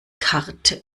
karte